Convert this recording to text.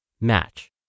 match